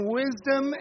wisdom